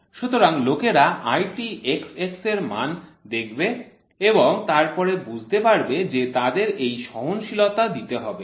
সুতরাং লোকেরা IT xx এর মান দেখবে এবং তারপরে বুঝতে পারবে যে তাদের এই সহনশীলতা দিতে হবে